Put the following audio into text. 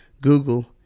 Google